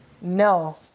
No